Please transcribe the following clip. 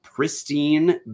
pristine